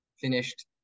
Finished